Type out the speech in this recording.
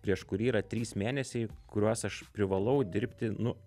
prieš kurį yra trys mėnesiai kuriuos aš privalau dirbti nu